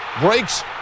breaks